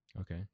Okay